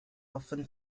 often